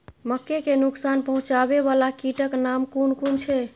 मके के नुकसान पहुँचावे वाला कीटक नाम कुन कुन छै?